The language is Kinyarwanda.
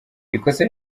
ikosa